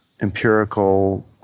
empirical